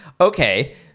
okay